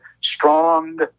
strong